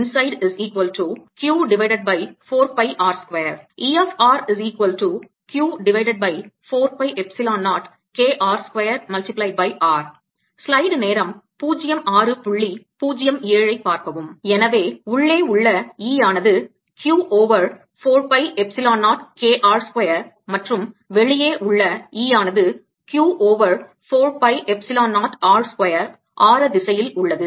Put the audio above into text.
எனவே உள்ளே உள்ள E ஆனது Q over 4 pi epsilon 0 K r square மற்றும் வெளியே உள்ள E ஆனது Q over 4 pi epsilon 0 r square ஆர திசையில் உள்ளது